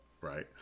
right